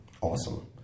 Awesome